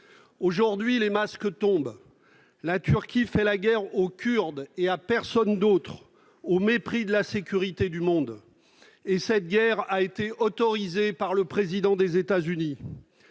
Aujourd'hui, les masques tombent. La Turquie fait la guerre aux Kurdes, et à personne d'autre, au mépris de la sécurité du monde. Et cette guerre a été autorisée par le Président des États-Unis